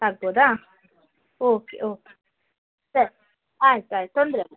ಆಗ್ಬೋದಾ okay okay ಸರಿ ಆಯ್ತು ಆಯ್ತು ತೊಂದರೆ ಇಲ್ಲ